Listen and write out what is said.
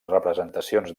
representacions